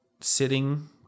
sitting